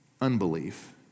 unbelief